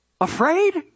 Afraid